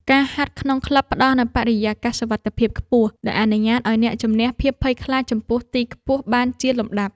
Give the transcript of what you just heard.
ការហាត់ក្នុងក្លឹបផ្ដល់នូវបរិយាកាសសុវត្ថិភាពខ្ពស់ ដែលអនុញ្ញាតឱ្យអ្នកជម្នះភាពភ័យខ្លាចចំពោះទីខ្ពស់បានជាលំដាប់។